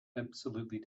absolutely